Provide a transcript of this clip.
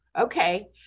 okay